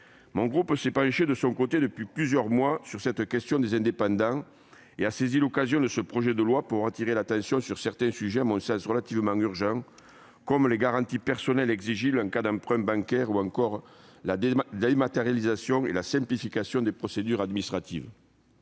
Mon groupe s'est penché de son côté, depuis plusieurs mois, sur cette question des indépendants et a saisi l'occasion de l'examen de ce projet de loi pour attirer l'attention sur certains sujets à mon sens relativement urgents, comme ceux des garanties personnelles exigibles en cas d'emprunt bancaire ou de la dématérialisation et de la simplification des procédures administratives.